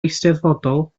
eisteddfodol